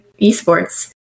eSports